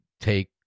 take